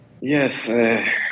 Yes